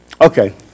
Okay